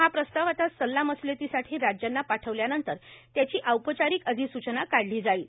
हा प्रस्ताव आता सल्लामसलतीसाठी राज्यांना पाठवल्यानंतर त्याची औपचारिक अधिसूचना काढली जाईल